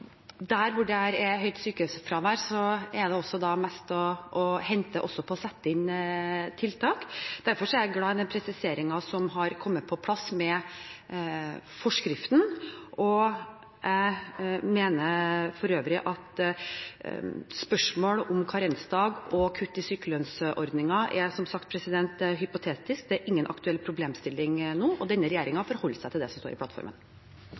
Der hvor det er høyt sykefravær, er det også mest å hente på å sette inn tiltak. Derfor er jeg glad for den presiseringen som har kommet på plass med forskriften. Jeg mener for øvrig at spørsmål om karensdag og kutt i sykelønnsordningen som sagt er hypotetisk. Det er ingen aktuell problemstilling nå. Denne regjeringen forholder seg til det som står i plattformen.